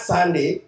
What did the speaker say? Sunday